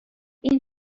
این